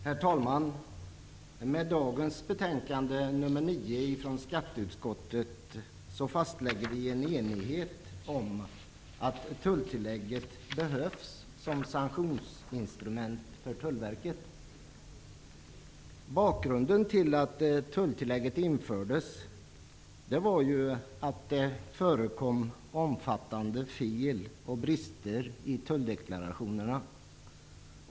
Herr talman! I och med dagens betänkande nr 9 från skatteutskottet fastlägger vi en enighet om att tulltillägget behövs som sanktionsinstrument för Bakgrunden till att tulltillägget infördes var ju att det förekom omfattande fel och brister i tulldeklarationerna.